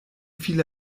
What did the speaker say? viele